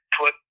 put